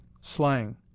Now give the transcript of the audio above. slang